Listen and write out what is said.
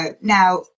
now